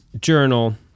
journal